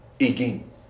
again